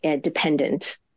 dependent